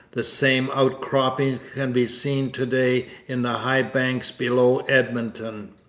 the same outcroppings can be seen to-day in the high banks below edmonton.